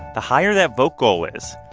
the higher that vote goal is,